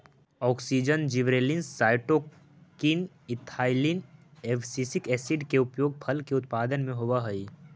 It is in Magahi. auxin, gibberellins, cytokine, ethylene, abscisic acid के उपयोग फल के उत्पादन में होवऽ हई